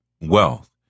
wealth